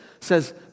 says